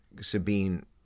Sabine